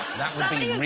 that would be